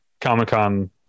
comic-con